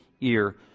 ear